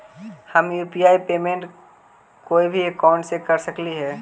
हम UPI payment कोई भी अकाउंट से कर सकली हे?